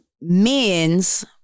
men's